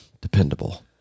dependable